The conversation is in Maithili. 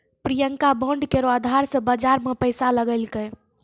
प्रियंका बांड केरो अधार से बाजार मे पैसा लगैलकै